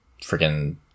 freaking